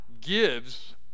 gives